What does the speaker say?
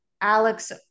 Alex